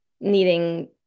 needing